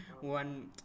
One